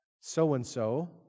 so-and-so